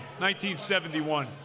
1971